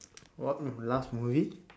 what last movie